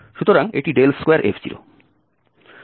সুতরাং এটি 2f0